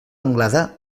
anglada